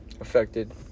affected